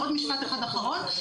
משפט אחרון,